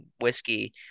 whiskey